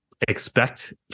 expect